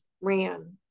ran